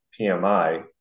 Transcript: PMI